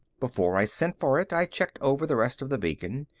before i sent for it, i checked over the rest of the beacon.